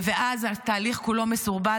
ואז התהליך כולו מסורבל,